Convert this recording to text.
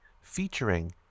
featuring